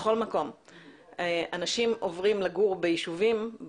אנשים עוברים לגור בישובים,